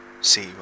See